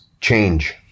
Change